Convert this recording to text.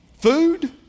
Food